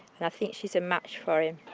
and i think she's a match for him.